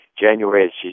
January